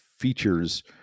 features